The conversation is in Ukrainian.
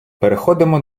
переходимо